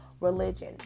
religion